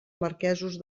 marquesos